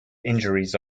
injuries